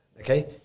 okay